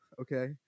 okay